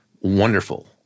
wonderful